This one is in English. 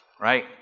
right